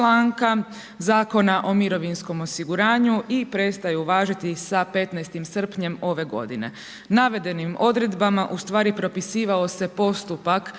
Zakona o mirovinskom osiguranju i prestaju važiti sa 15. srpnjem ove g. Navedenim odredbama, ustvari propisivao se postupak